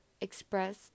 express